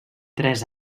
tres